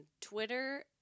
Twitter